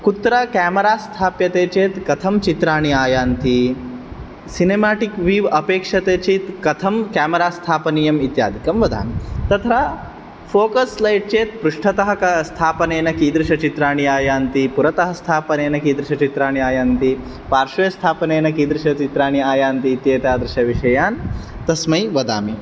कुत्र केमेरा स्थाप्यते चेत् कथं चित्राणि आयन्ति सिनेमाटिक् व्यू अपेक्षते चेत् कथं केमेरा स्थापनीयम् इत्यादिकं वदामि तथा फोकस् लैट् चेत् पृष्ठतः क स्थापनेन कीदृशः चित्राणि आयन्ति पुरतः स्थापनेन कीदृशचित्राणि आयन्ति पार्श्वे स्थापनेन कीदृशचित्राणि आयन्ति इत्येतादृशविषयान् तस्मै वदामि